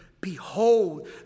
Behold